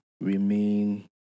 remain